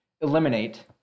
eliminate